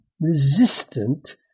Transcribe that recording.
resistant